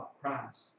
Christ